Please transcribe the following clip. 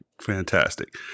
Fantastic